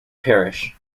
parish